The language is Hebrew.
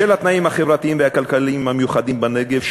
בשל התנאים החברתיים והכלכליים המיוחדים בנגב,